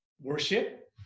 Worship